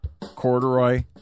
corduroy